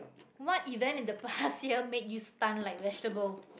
what event in the past year made you stun like vegetable